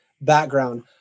background